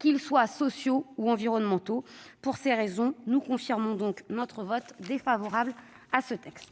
qu'ils soient sociaux ou environnementaux. Pour ces raisons, nous confirmons notre vote défavorable sur ce texte.